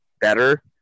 better